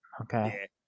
Okay